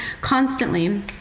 Constantly